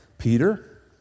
Peter